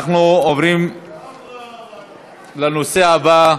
אנחנו עוברים לנושא הבא,